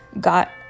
got